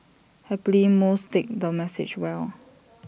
happily most take the message well